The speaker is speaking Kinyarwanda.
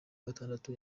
gatandatu